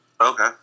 Okay